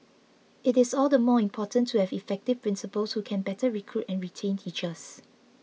it is all the more important to have effective principals who can better recruit and retain teachers